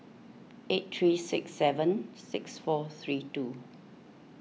eight three six seven six four three two